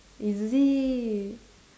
is it